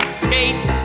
skate